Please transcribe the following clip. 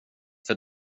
för